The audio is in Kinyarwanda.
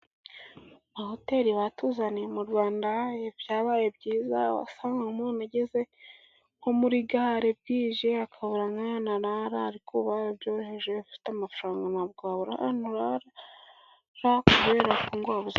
Ama hoteli batuzaniye mu Rwanda byabaye byiza, wasanga umuntu ugeze nko muri gare bwije akabura nk'ahantu arara, ariko byaroroshye afite amafaranga ntabwo yabura aho arara.